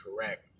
correct